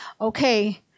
okay